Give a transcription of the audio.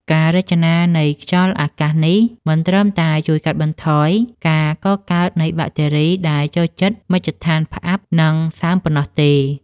ការចរាចរនៃខ្យល់អាកាសនេះ មិនត្រឹមតែជួយកាត់បន្ថយការកកើតនៃបាក់តេរីដែលចូលចិត្តមជ្ឈដ្ឋានផ្អាប់ និងសើមប៉ុណ្ណោះទេ។